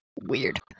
weird